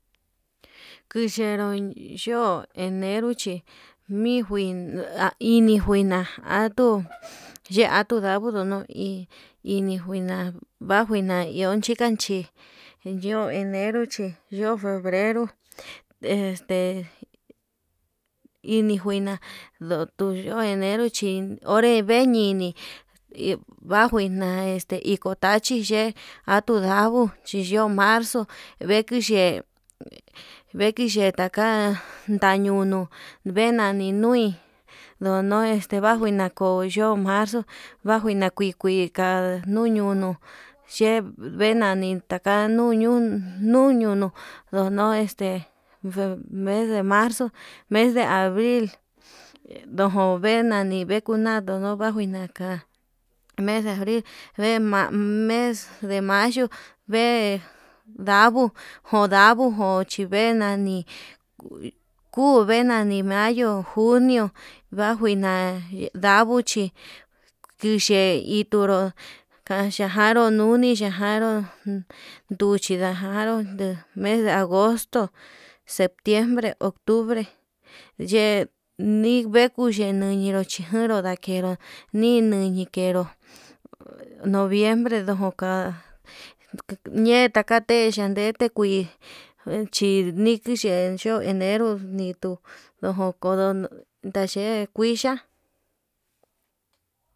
Kuxhero yo'ó enero chi nijuina ha ini njuina atuu ye'e atuu ndavuu no no hí ini njuina vanjuina iho, inchikachi yo'ó enero yo'ó febrero este ini njuina ndutu yo'ó enero chí onré vee ñini hi vanguina este viko tachi yee atudavu chí yo'ó marzo vekiyee, veki yee taka tañunu vee nani nui ndono este vajuina ko yo'ó marzo vanjuina kui kuika, nuu ñunu xhevana takanini taka ñunuu nu ñunu ndono este mes de marzo, mes de abril ndojo vee nani vee kunaju vee najina ka mes e abril ma mes de mayo vee ndabuu njondabuu ochivee nani kuu nani mayo junio vajuina, ndavuu chpi kiyee ito'o nduru kaxhakaruu nuni yajanru nduchi ndajaro mes de agosto septiembre, octubre yee nikuche nikeñenro chí chero ndakero ninui ndakero noviembre ndoka ñee yakate ndendete kuii chinikui yo'ó enero nduju konro ndayee kuicha.